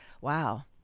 Wow